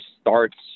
starts